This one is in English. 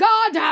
God